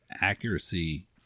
Accuracy